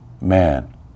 man